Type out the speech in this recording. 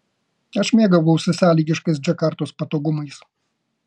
aš mėgavausi sąlygiškais džakartos patogumais